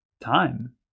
time